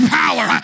power